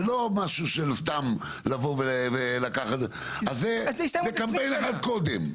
ולא משהו של סתם לבוא ולקחת- -- אז זה קמפיין אחד קודם,